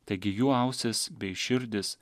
taigi jų ausys bei širdys